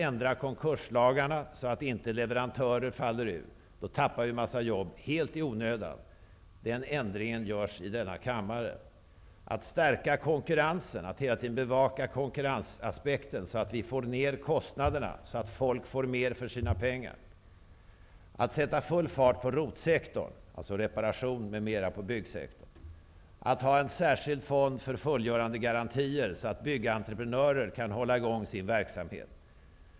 Ändra konkurslagarna så att inte leverantörerna drabbas. Annars förlorar vi jobb helt i onödan. Den ändringen görs i denna kammare. Stärk konkurrensen, bevaka hela tiden konkurrensaspekten så att kostnaderna skall kunna sänkas och folk kan få mer för sina pengar. Sätt full fart på ROT-sektorn, reparationer på byggsektorn. Inrätta en särskild fond för fullgörandegarantier, så att byggentreprenörer kan hålla i gång sin verksamhet.